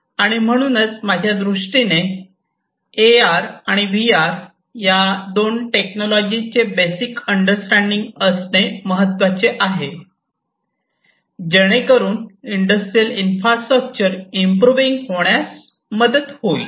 आणि म्हणूनच माझ्या दृष्टीने ए आर आणि व्ही आर या दोन टेक्नॉलॉजीचे बेसिक अंडरस्टँडिंग असणे महत्त्वाचे आहे जेणेकरून इंडस्ट्रियल इन्फ्रास्ट्रक्चर इंप्रूविंग होण्यास मदत होईल